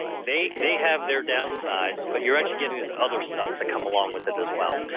they they have their downsides, but you're actually getting this other stuff that come along with that as well.